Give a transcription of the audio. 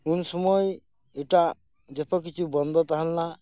ᱩᱱᱥᱚᱢᱚᱭ ᱮᱴᱟᱜ ᱡᱚᱛᱚ ᱠᱤᱪᱷᱩ ᱵᱚᱱᱫᱚ ᱛᱟᱦᱮᱸ ᱞᱮᱱᱟ